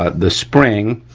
ah the spring,